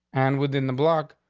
and within the bloc,